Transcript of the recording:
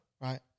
right